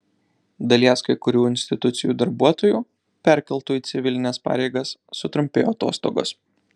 dalies kai kurių institucijų darbuotojų perkeltų į civilines pareigas sutrumpėjo atostogos